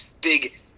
Big